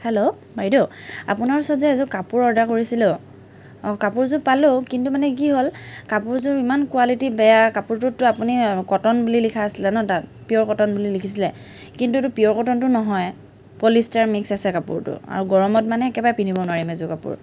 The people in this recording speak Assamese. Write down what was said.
হেল্ল' বাইদেউ আপোনাৰ ওচৰত যে এযোৰ কাপোৰ অৰ্ডাৰ কৰিছিলোঁ অ কাপোৰযোৰ পালোঁ কিন্তু মানে কি হ'ল কাপোৰযোৰ ইমান কোৱালিটি বেয়া কাপোৰটোত আপুনি কটন বুলি লিখা আছিলে ন তাত পিয়ৰ কটন বুলি লিখিছিলে কিন্তু এইটো পিয়ৰ কটন নহয় পলিষ্টাৰ মিক্স আছে কাপোৰটোত আৰু গৰমত মানে একেবাৰে পিন্ধিব নোৱাৰিম এইযোৰ কাপোৰ